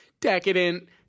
decadent